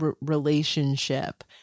relationship